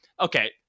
Okay